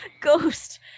Ghost